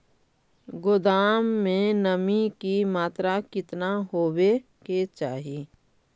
गोदाम मे नमी की मात्रा कितना होबे के चाही?